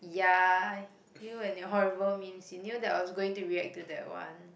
ya you and your horrible memes you knew I was going to react to that one